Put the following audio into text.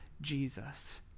Jesus